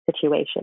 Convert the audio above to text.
situation